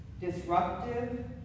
disruptive